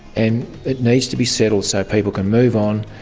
and it needs to be settled so people can move on,